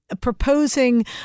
proposing